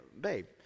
babe